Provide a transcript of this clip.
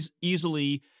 easily